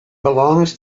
belongs